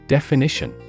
Definition